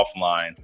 offline